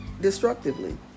destructively